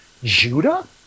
Judah